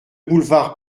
boulevard